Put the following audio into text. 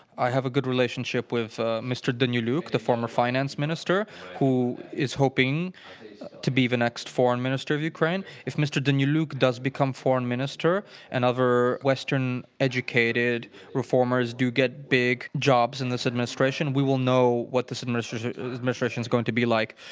i have a good relationship with ah mr. danylyuk, the former finance minister who is hoping to be the next foreign minister of ukraine. if mr. danylyuk does become foreign minister and other western-educated reformers do get big jobs in this administration, we will know what this and so administration is going to be like.